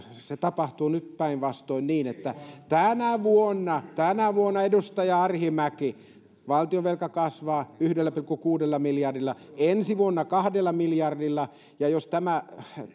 se tapahtuu nyt päinvastoin niin että tänä vuonna tänä vuonna edustaja arhinmäki valtionvelka kasvaa yhdellä pilkku kuudella miljardilla ensi vuonna kahdella miljardilla ja jos tämä